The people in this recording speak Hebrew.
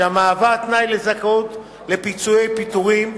שהיא תנאי לזכאות לפיצויי פיטורים,